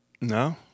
No